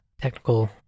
technical